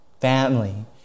family